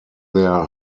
their